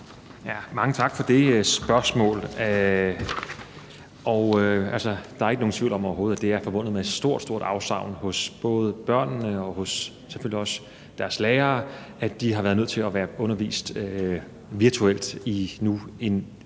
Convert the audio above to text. Mange tak for det spørgsmål. Der er overhovedet ikke nogen tvivl om, at det er forbundet med et stort, stort afsavn for både børnene og selvfølgelig også for deres lærere, at undervisningen har været nødt til at foregå virtuelt i en nu